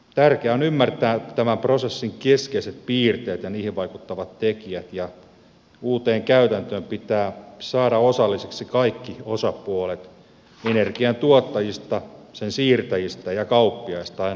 tärkeää on ymmärtää tämän prosessin keskeiset piirteet ja niihin vaikuttavat tekijät ja uuteen käytäntöön pitää saada osallisiksi kaikki osapuolet energian tuottajista sen siirtäjistä ja kauppiaista aina yksittäisiin kuluttajiin